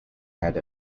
had